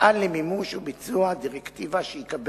יפעל למימוש ולביצוע של דירקטיבה שיקבל